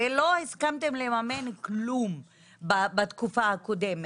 הרי לא הסכמתם לממן כלום בתקופה הקודמת.